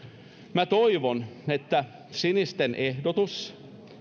toivon että sinisten ehdotus